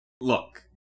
Look